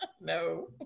no